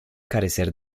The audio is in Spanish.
carecer